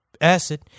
acid